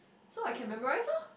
so I can memorise lor